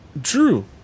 Drew